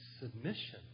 submission